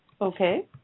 Okay